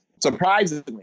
Surprisingly